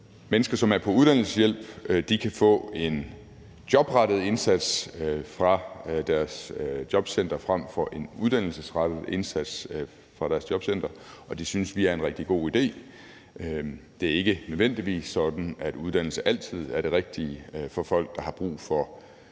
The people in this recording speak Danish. mennesker, som er på uddannelseshjælp, kan få en jobrettet indsats fra deres jobcenter frem for en uddannelsesrettet indsats fra deres jobcenter. Det synes vi er en rigtig god idé. Det er ikke nødvendigvis sådan, at uddannelse altid er det rigtige for folk, der har brug for at være en del